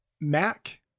Mac